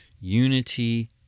unity